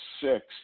six